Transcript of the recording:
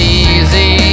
easy